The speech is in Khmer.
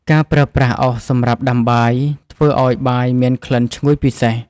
ការប្រើប្រាស់អុសសម្រាប់ដាំបាយ ធ្វើឱ្យបាយមានក្លិនឈ្ងុយពិសេស។